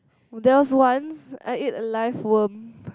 there was once I eat a live worm